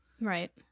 Right